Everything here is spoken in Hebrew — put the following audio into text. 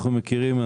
אנחנו מכירים,